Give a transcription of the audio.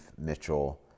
Mitchell